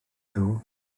ddoe